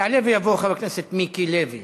יעלה ויבוא חבר הכנסת מיקי לוי